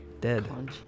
Dead